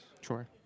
Sure